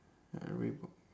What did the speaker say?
uh reebok